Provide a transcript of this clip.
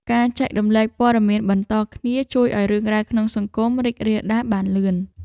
ការចែករំលែកព័ត៌មានបន្តគ្នា ជួយឱ្យរឿងរ៉ាវក្នុងសង្គមរីករាលដាលបានលឿន។